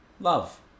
love